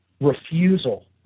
refusal